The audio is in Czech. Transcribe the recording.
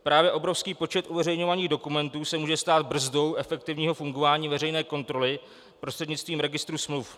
Právě obrovský počet uveřejňovaných dokumentů se může stát brzdou efektivního fungování veřejné kontroly prostřednictvím registru smluv.